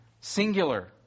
singular